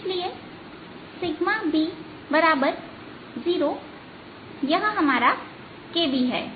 इसलिए B0 यह हमारा kb है